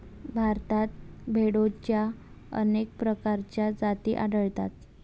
भारतात भेडोंच्या अनेक प्रकारच्या जाती आढळतात